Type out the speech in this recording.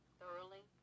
thoroughly